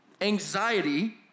anxiety